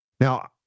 Now